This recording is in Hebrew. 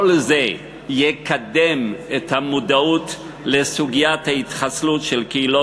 כל זה יקדם את המודעות לסוגיית ההתחסלות של קהילות